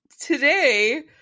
today